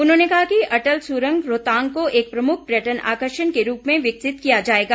उन्होंने कहा कि अटल सुरंग रोहतांग को एक प्रमुख पर्यटन आकर्षण के रूप में विकसित किया जाएगा